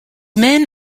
men